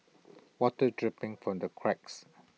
water dripping from the cracks